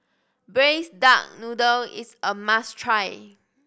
Braised Duck Noodle is a must try